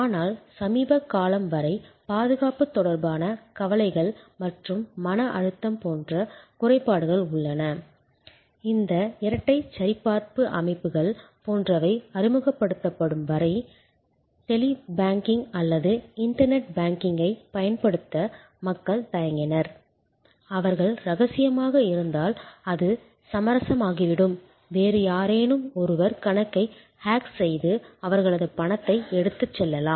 ஆனால் சமீப காலம் வரை பாதுகாப்பு தொடர்பான கவலைகள் மற்றும் மன அழுத்தம் போன்ற குறைபாடுகள் உள்ளன இந்த இரட்டைச் சரிபார்ப்பு அமைப்புகள் போன்றவை அறிமுகப்படுத்தப்படும் வரை டெலி பேங்கிங் அல்லது இன்டர்நெட் பேங்கிங்கைப் பயன்படுத்த மக்கள் தயங்கினர் அவர்கள் ரகசியமாக இருந்தால் அது சமரசமாகிவிடும் வேறு யாரேனும் ஒருவர் கணக்கை ஹேக் செய்து அவர்களது பணத்தை எடுத்துச் செல்லலாம்